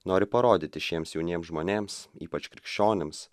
nori parodyti šiems jauniems žmonėms ypač krikščionims